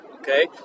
Okay